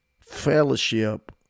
fellowship